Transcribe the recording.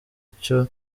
icyo